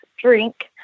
drink